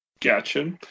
Gotcha